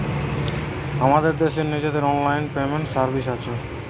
আমাদের দেশের নিজেদের অনলাইন পেমেন্ট সার্ভিস আছে